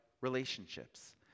relationships